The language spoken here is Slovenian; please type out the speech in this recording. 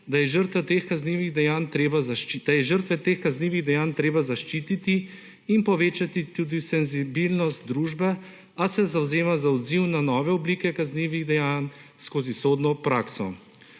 da je žrtev teh kaznivih dejanj treba zaščiti in povečati tudi v senzibilnost družbe, a se zavzema za odziv na nove oblike kaznivih dejanj skozi sodno prakso.